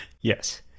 Yes